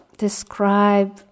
Describe